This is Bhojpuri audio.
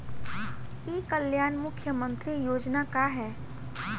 ई कल्याण मुख्य्मंत्री योजना का है?